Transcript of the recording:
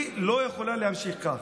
היא לא יכולה להמשיך כך.